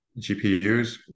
GPUs